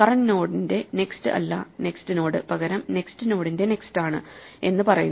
current നോഡിന്റെ next അല്ല next node പകരം നെക്സ്റ്റ് നോഡിന്റെ നെക്സ്റ്റ് ആണ് എന്ന് പറയുന്നു